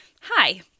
hi